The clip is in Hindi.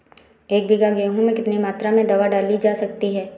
एक बीघा गेहूँ में कितनी मात्रा में दवा डाली जा सकती है?